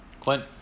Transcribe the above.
Clint